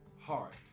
heart